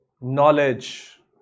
knowledge